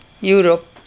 Europe